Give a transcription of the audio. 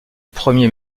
premier